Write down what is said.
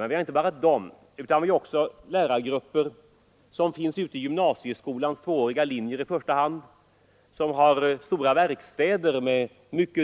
Men vi har också lärargrupper i första hand på gymnasieskolans tvååriga linjer som har stora verkstäder med